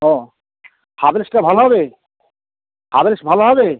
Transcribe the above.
ও হ্যাভেলসটা ভালো হবে হ্যাভেলস ভালো হবে